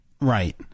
Right